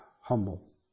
humble